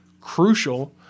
crucial